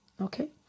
Okay